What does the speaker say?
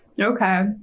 Okay